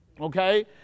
okay